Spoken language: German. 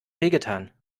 wehgetan